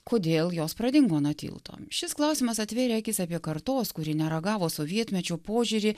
kodėl jos pradingo nuo tilto šis klausimas atvėrė akis apie kartos kuri neragavo sovietmečio požiūrį